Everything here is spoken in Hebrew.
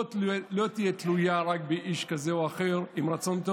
לא תהיה תלויה רק באיש כזה או אחר עם רצון,